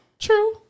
True